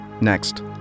Next